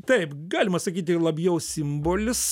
taip galima sakyti labjau simbolis